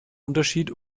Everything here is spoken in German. unterschied